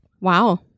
Wow